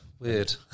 Weird